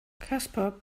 casper